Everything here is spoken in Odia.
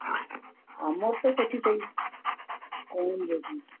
ଆମର ତ ସେଠି ସବୁ କମ୍ ରେଟ୍